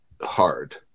hard